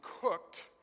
cooked